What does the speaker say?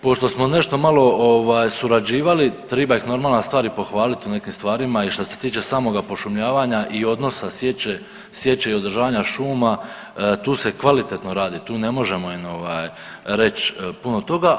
Pošto smo nešto malo surađivali triba ih normalna stvar i pohvalit u nekim stvarima i šta se tiče samoga pošumljavanja i odnosa sječe i održavanja šuma tu se kvalitetno radi, tu ne možemo im reći puno toga.